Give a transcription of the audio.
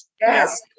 Yes